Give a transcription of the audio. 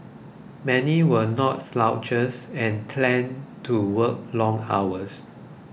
many were no slouches and to work long hours